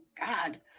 God